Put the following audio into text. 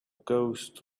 ghost